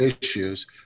issues